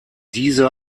diese